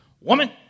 woman